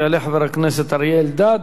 יעלה חבר הכנסת אריה אלדד,